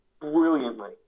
brilliantly